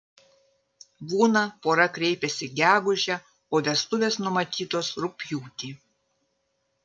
būna pora kreipiasi gegužę o vestuvės numatytos rugpjūtį